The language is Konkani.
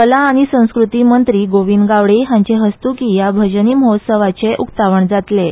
कला आनी संस्कृती मंत्री गोविंद गावडे हांचे हस्तुकीं ह्या भजनी महोत्सवाचें उकतावण जातलें